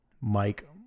Mike